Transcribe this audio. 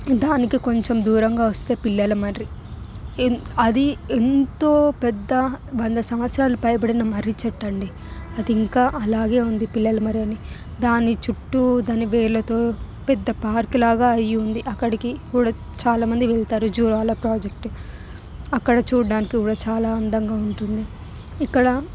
దానికి కొంచం దూరంగా వస్తే పిల్లలమర్రి అది ఎంతో పెద్ద వంద సంవత్సరాల పైబడిన మర్రిచెట్టండి అది ఇంకా అలాగే ఉంది పిల్లలమర్రని దాని చుట్టూ దాని వేర్లతో పెద్ద పార్క్ లాగా అయ్యింది అక్కడికి కూడా చాలా మంది వెళ్తారు జూరాల ప్రాజెక్ట్ అక్కడ చూడ్డానికి కూడా చాలా అందంగా ఉంటుంది ఇక్కడ